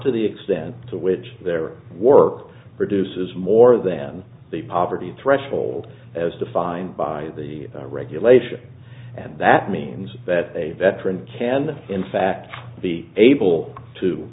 to the extent to which their work produces more than the poverty threshold old as defined by the regulation and that means that a veteran can in fact be able to